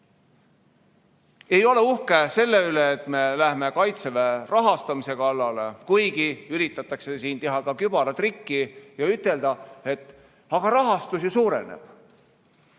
Ei ole uhke selle üle, et me läheme Kaitseväe rahastamise kallale, kuigi siin üritatakse teha kübaratrikki ja ütelda, et rahastus ju suureneb.